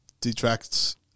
detracts